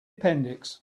appendix